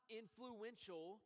influential